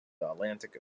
atlantic